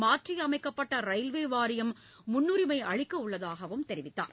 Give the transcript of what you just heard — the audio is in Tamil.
மாற்றியமைக்கப்பட்ட ரயில்வே வாரியம் முன்னுரிமை அளிக்கவுள்ளதாகவும் தெரிவித்தார்